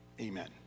Amen